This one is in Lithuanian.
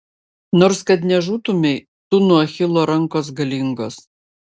nors kad nežūtumei tu nuo achilo rankos galingos